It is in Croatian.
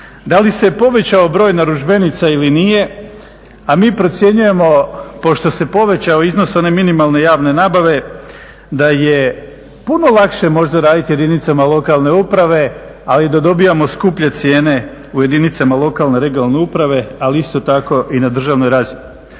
Da li se povećao broj narudžbenica ili nije, a mi procjenjujemo pošto se povećao iznos one minimalne javne nabave da je puno lakše možda raditi jedinicama lokalne uprave ali da dobijamo skuplje cijene u jedinicama lokalne, regionalne uprave, ali isto tako i na državnoj razini.